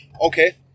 Okay